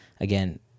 again